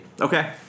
Okay